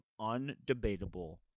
undebatable